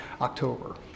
October